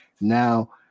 Now